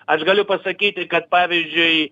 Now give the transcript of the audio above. aš galiu pasakyti kad pavyzdžiui